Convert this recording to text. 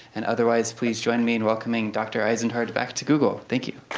and otherwise please join me in welcoming dr. eisenhardt back to google. thank you.